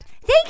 Thank